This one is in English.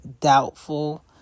doubtful